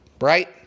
right